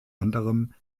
anderem